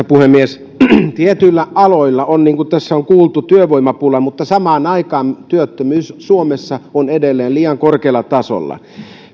puhemies tietyillä aloilla on työvoimapula niin kuin tässä on kuultu mutta samaan aikaan työttömyys suomessa on edelleen liian korkealla tasolla